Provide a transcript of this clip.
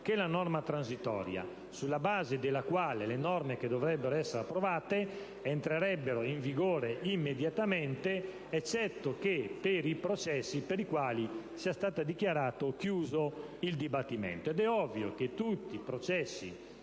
quella transitoria, sulla base della quale le norme che dovrebbero essere approvate entrerebbero in vigore immediatamente, eccetto che per i processi per i quali sia stato dichiarato chiuso il dibattimento: ed è ovvio che tutti i processi